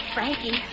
Frankie